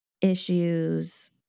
issues